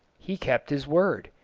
he kept his word.